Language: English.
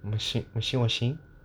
machine washing washing